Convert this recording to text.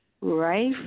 right